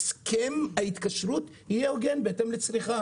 שהסכם ההתקשרות יהיה הוגן בהתאם לצריכה